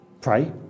pray